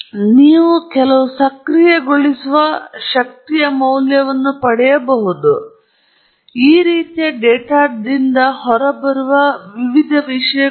ನಂತರ ನೀವು ಕೆಲವು ಸಕ್ರಿಯಗೊಳಿಸುವ ಶಕ್ತಿಯ ಮೌಲ್ಯಗಳನ್ನು ಪಡೆಯಬಹುದು ಈ ರೀತಿಯ ಡೇಟಾದಿಂದ ನೀವು ಹೊರಬರುವ ವಿವಿಧ ವಿಷಯಗಳು